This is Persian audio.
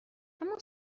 اما